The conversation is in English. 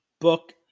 book